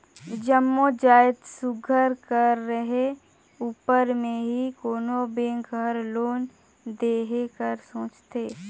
जम्मो जाएत सुग्घर कर रहें उपर में ही कोनो बेंक हर लोन देहे कर सोंचथे